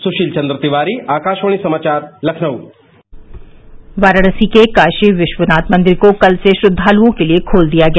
सुशील चन्द्र तिवारी आकाशवाणी समाचार लखनऊ वाराणसी के काशी विश्वनाथ मंदिर को कल से श्रद्वालुओं के लिए खोल दिया गया